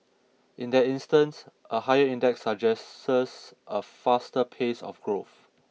in that instance a higher index suggests a faster pace of growth